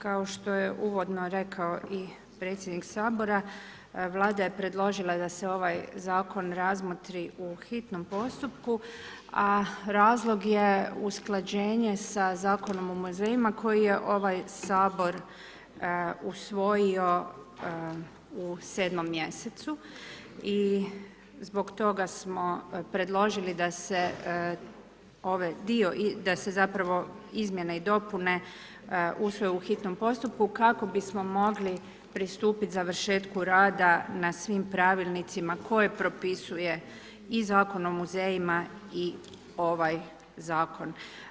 Kao što je uvodno rekao i predsjednik Sabora, Vlada je predložila da se ovaj zakon razmotri u hitnom postupku a razlog je usklađenje s Zakonom o muzejima koji je ovaj Sabor usvojio u 7. mjesecu i zbog toga smo predložili da se zapravo izmjene i dopune usvoje u hitnom postupku kako bismo mogli pristupiti završetku rada na svim pravilnicima koje propisuje i Zakon o muzejima i ovaj zakon.